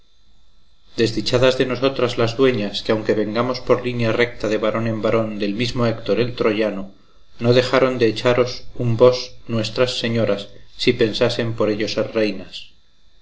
de nosotras las dueñas que aunque vengamos por línea recta de varón en varón del mismo héctor el troyano no dejaran de echaros un vos nuestras señoras si pensasen por ello ser reinas